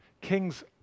kings